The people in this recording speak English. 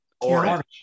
Orange